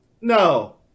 No